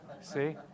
See